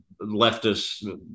leftist